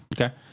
Okay